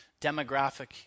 demographic